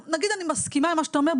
נגיד אני מסכימה עם מה שאת אומר.